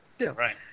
Right